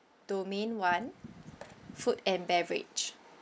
domain one food and beverage